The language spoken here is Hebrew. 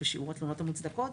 בשיעור התלונות המוצדקות.